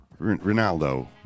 Ronaldo